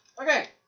Okay